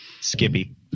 Skippy